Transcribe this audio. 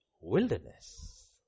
wilderness